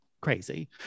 crazy